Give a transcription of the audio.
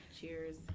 Cheers